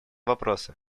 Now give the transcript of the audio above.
вопросы